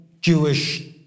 jewish